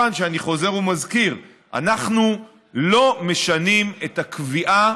כיוון שאני חוזר ומזכיר: אנחנו לא משנים את הקביעה